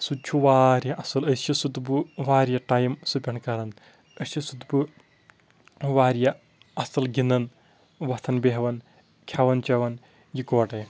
سُہ تہِ چھُ واریاہ اَصٕل أسۍ چھِ سُہ تہٕ بہٕ واریاہ ٹایِم سٕپٮ۪نٛڈ کَران أسۍ چھِ سُہ تہٕ بہٕ واریاہ اَصٕل گِنٛدان وۄتھان بیٚہوان کھٮ۪وان چٮ۪وان یِکوَٹَے